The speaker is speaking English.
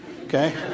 Okay